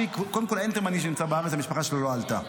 אין תימני שנמצא בארץ והמשפחה שלו לא עלתה.